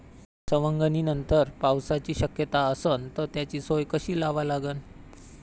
सवंगनीनंतर पावसाची शक्यता असन त त्याची सोय कशी लावा लागन?